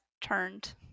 turned